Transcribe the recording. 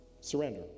Surrender